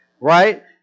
Right